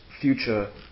future